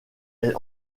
est